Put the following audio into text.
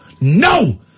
No